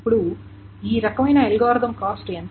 ఇప్పుడు ఈ రకమైన అల్గోరిథం కాస్ట్ ఎంత